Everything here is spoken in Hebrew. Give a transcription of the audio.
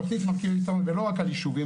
תוכנית מרכיבי ביטחון זה לא רק על יישובים,